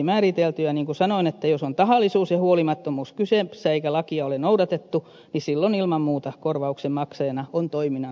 niin kuin sanoin jos on tahallisuus ja huolimattomuus kyseessä eikä lakia ole noudatettu niin silloin ilman muuta korvauksen maksajana on toiminnan harjoittaja itse